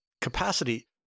capacity